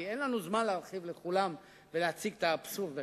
כי אין לנו זמן להרחיב לכולם ולהציג את האבסורד הגדול.